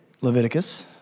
Leviticus